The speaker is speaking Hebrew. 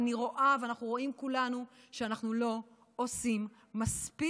אני רואה ואנחנו רואים כולנו שאנחנו לא עושים מספיק,